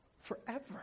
forever